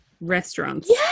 restaurants